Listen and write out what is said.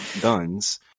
guns